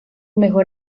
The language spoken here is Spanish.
mejor